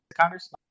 Congress